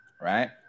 right